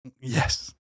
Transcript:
yes